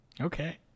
Okay